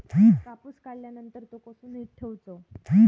कापूस काढल्यानंतर तो कसो नीट ठेवूचो?